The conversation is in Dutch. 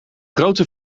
grote